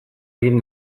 egin